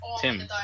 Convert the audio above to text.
Tim